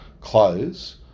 close